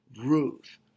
Ruth